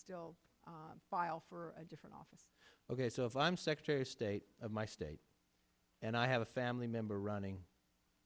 still file for a different office ok so if i'm secretary of state of my state and i have a family member running